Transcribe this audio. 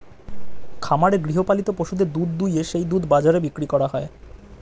খামারে গৃহপালিত পশুদের দুধ দুইয়ে সেই দুধ বাজারে বিক্রি করা হয়